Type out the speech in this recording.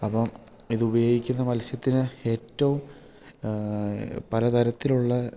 അപ്പോൾ ഇത് ഉപയോഗിക്കുന്ന മത്സ്യത്തിന് ഏറ്റവും പലതരത്തിലുള്ള